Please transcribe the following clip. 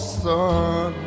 son